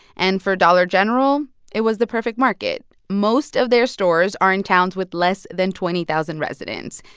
and for dollar general, it was the perfect market. most of their stores are in towns with less than twenty thousand residents.